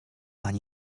ani